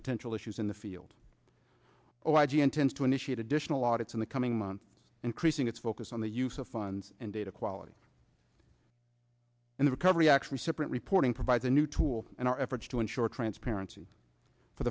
potential issues in the field or why g m tends to initiate additional audits in the coming months increasing its focus on the use of funds and data quality in the recovery actually separate reporting provides a new tool in our efforts to ensure transparency for